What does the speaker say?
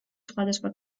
სხვადასხვა